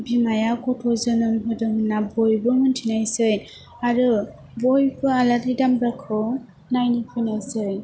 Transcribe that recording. बिमाया गथ' जोनोम होदों होनना बयबो मोनथिनायसै आरो बयबो आलारि दामब्राखौ नायनो फैनायसै